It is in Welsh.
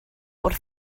wrth